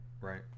Right